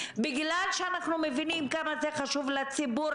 בגלל שאנחנו מבינים כמה זה חשוב לציבור